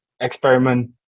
experiment